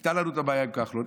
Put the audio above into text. הייתה לנו את הבעיה עם כחלון.